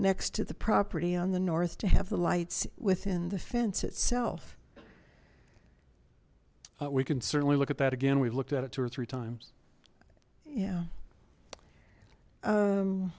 next to the property on the north to have the lights within the fence itself we can certainly look at that again we've looked at it two or three times yeah